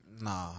Nah